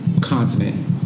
continent